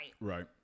Right